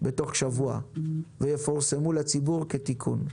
בתוך שבוע ויפורסמו לציבור כתיקון.